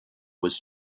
was